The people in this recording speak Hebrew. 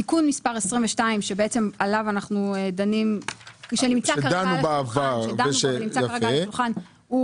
תיקון מספר 22 עליו אנחנו דנים ונמצא כרגע על השולחן,